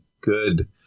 good –